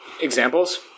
Examples